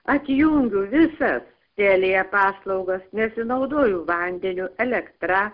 atjungiu visas telia paslaugas nesinaudoju vandeniu elektra